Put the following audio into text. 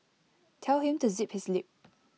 tell him to zip his lip